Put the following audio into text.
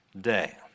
day